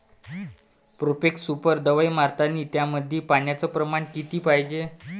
Profex super दवाई मारतानी त्यामंदी पान्याचं प्रमाण किती पायजे?